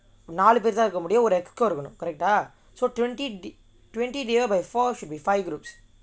நாலு பேர் தான் இருக்க முடியும் ஒரு:naalu peru thaan irukka mudiyum oru executive committee இருக்கனும்:irukkanum so twenty twenty divide by four should be five groups